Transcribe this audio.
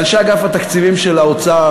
לאנשי אגף התקציבים של האוצר,